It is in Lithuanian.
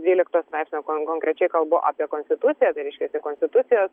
dvylikto straipsnio kon konkrečiai kalbu apie konstituciją tai reiškiasi konstitucijos